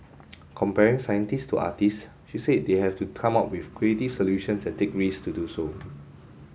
comparing scientists to artists she said they have to come up with creative solutions and take risks to do so